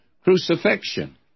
crucifixion